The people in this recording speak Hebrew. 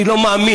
אני לא מאמין,